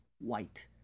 white